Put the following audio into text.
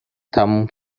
تموم